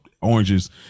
oranges